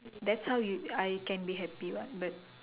that's how you I can be happy what but